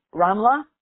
Ramla